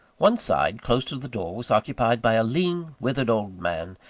one side, close to the door, was occupied by a lean, withered old man,